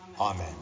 Amen